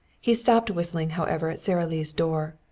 he stopped whistling, however, at sara lee's door.